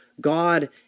God